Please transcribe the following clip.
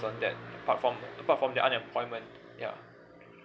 on that part from apart from their unemployment ya